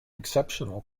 exceptional